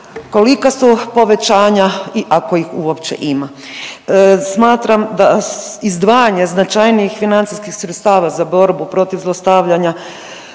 Kolika su povećanja i ako ih uopće ima. Smatram da izdvajanje značajnijih financijskih sredstava za borbu protiv zlostavljanja